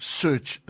search